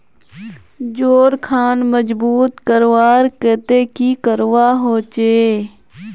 जोड़ खान मजबूत करवार केते की करवा होचए?